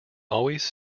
always